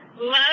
love